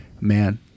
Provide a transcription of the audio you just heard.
man